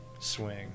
swing